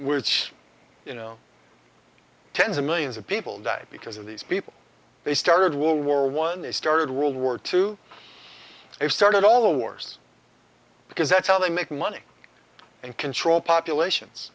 which you know tens of millions of people died because of these people they started will war one they started world war two they started all the wars because that's how they make money and control populations